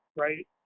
right